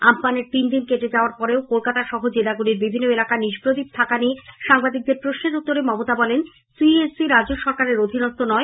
আমপানের তিনদিন কেটে যাওয়ার পরেও কলকাতা সহ জেলাগুলির বিভিন্ন এলাকা নিষ্প্রদীপ থাকা নিয়ে সাংবাদিকদের প্রশ্নের উত্তরে মমতা বলেন সিইএসসি রাজ্য সরকারের অধিনস্ত নয়